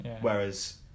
whereas